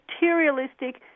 materialistic